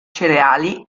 cereali